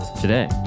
today